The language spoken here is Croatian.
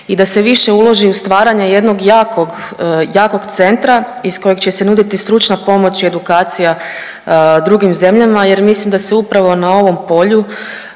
i da se više uloži u stvaranje jednog jakog, jakog centra iz kojeg će se nuditi stručna pomoć i edukacija drugim zemljama jer mislim da se upravo na ovom polju